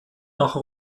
nach